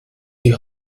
die